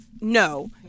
No